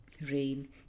rain